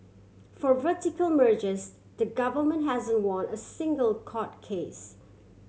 for vertical mergers the government hasn't won a single court case